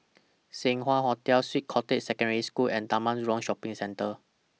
Seng Wah Hotel Swiss Cottage Secondary School and Taman Jurong Shopping Centre